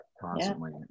constantly